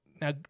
now